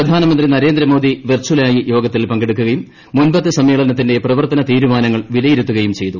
പ്രധാനമന്ത്രി നരേന്ദ്രമോദി വെർച്ചലായി യോഗത്തിൽ പങ്കെടുക്കുകയും മുൻപത്തെ സമ്മേളനത്തിന്റെ പ്രവർത്തന തീരുമാനങ്ങൾ വിലയിരുത്തുകയും ചെയ്തു